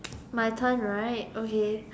my turn right okay